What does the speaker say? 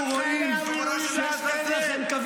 לכן אני אומר לך שהייתי באמת מצפה שיהיה לכם קצת,